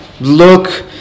look